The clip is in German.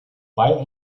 bei